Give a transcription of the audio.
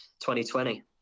2020